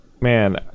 man